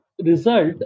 Result